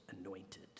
anointed